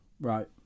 Right